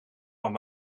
van